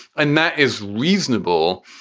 and that is reasonable.